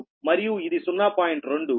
2 మరియు ఇది 0